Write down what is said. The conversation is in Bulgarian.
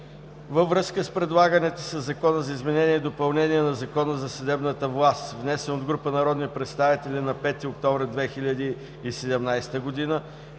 „Във връзка с предлаганите със Закона за изменение и допълнение на Закона за съдебната власт, внесен от група народни представители на 5 октомври 2017 г.,